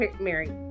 Mary